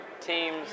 teams